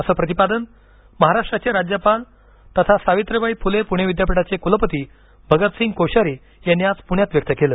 असं प्रतिपादन महाराष्ट्राचे राज्यपाल तथा सावित्रीबाई फुले पुणे विद्यापीठाचे कुलपती भगतसिंग कोश्यारी यांनी आज पुण्यात व्यक्त केलं